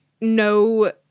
No